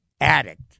addict